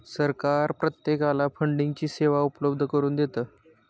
सरकार प्रत्येकाला फंडिंगची सेवा उपलब्ध करून देतं